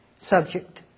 subject